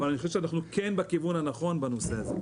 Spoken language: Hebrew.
אבל אני חושב שאנחנו כן בכיוון הנכון בנושא הזה.